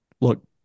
Look